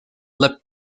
lip